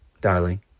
darling